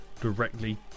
Directly